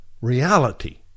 Reality